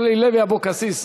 אורלי לוי אבקסיס,